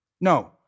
No